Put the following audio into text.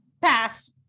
pass